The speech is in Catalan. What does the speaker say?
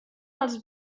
els